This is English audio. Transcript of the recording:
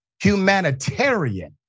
Humanitarian